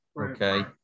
Okay